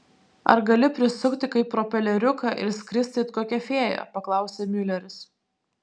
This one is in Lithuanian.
ar gali prisukti kaip propeleriuką ir skristi it kokia fėja paklausė miuleris